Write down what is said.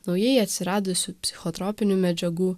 naujai atsiradusių psichotropinių medžiagų